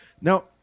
Now